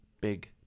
big